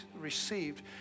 received